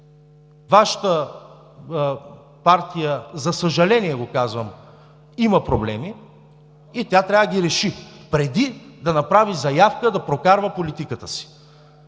Вашата партия, за съжаление го казвам, има проблеми и тя трябва да ги реши преди да направи заявка да прокарва политиката си.